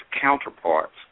counterparts